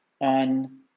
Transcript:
on